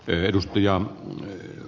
arvoisa puhemies